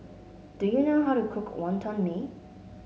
do you know how to cook Wonton Mee